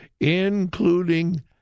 including